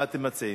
מה אתם מציעים?